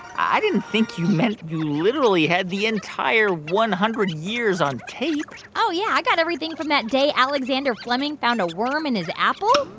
i didn't think you meant you literally had the entire one hundred years on tape oh, yeah. i got everything from that day alexander fleming found a worm in his apple.